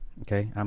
Okay